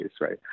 right